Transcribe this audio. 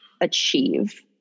achieve